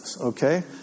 okay